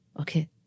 Okay